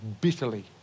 bitterly